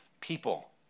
people